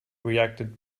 reacted